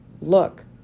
look